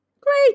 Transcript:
great